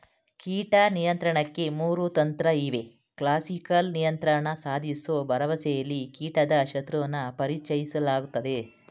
ಕೀಟ ನಿಯಂತ್ರಣಕ್ಕೆ ಮೂರು ತಂತ್ರಇವೆ ಕ್ಲಾಸಿಕಲ್ ನಿಯಂತ್ರಣ ಸಾಧಿಸೋ ಭರವಸೆಲಿ ಕೀಟದ ಶತ್ರುನ ಪರಿಚಯಿಸಲಾಗ್ತದೆ